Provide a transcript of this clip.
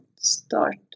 Start